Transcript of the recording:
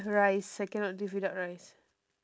rice I cannot live without rice